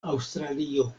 aŭstralio